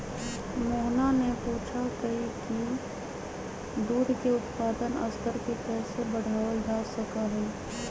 मोहना ने पूछा कई की दूध के उत्पादन स्तर के कैसे बढ़ावल जा सका हई?